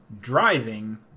driving